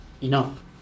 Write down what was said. enough